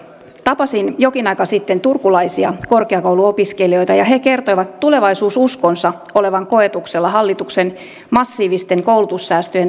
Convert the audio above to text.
tapasin jokin aika sitten turkulaisia korkeakouluopiskelijoita ja he kertoivat tulevaisuususkonsa olevan koetuksella hallituksen massiivisten koulutussäästöjen takia